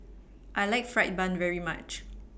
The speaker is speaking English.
I like Fried Bun very much